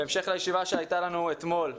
בוקר טוב לכולם,